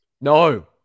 no